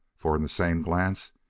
for, in the same glance,